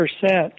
percent